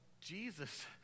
Jesus